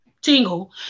tingle